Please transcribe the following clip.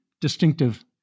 distinctive